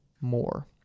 more